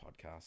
podcast